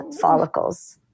follicles